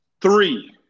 three